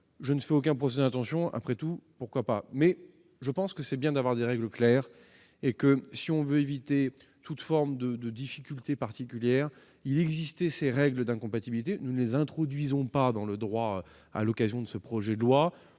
Je ne fais aucun procès d'intention, et après tout, je le redis, pourquoi pas ? Néanmoins, il est bon d'avoir des règles claires. Pour éviter toute forme de difficultés particulières, il existe ces règles d'incompatibilité. Nous ne les introduisons pas dans le droit à l'occasion de ce projet de loi.